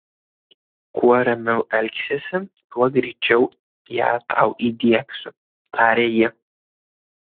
kuo ramiau elgsiesi tuo greičiau ją tau įdiegsiu taria ji